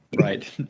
Right